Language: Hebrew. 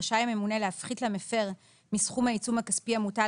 רשאי הממונה להפחית למפר מסכום העיצום הכספי המוטל